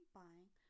buying